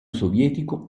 sovietico